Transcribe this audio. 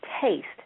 taste